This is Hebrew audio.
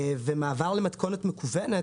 ומעבר למתכונת מקוונת,